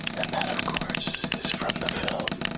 and that, of course, is from the film,